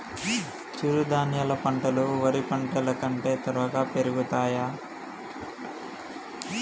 చిరుధాన్యాలు పంటలు వరి పంటలు కంటే త్వరగా పెరుగుతయా?